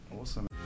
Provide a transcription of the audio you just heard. Awesome